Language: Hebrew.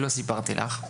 לא סיפרתי לך,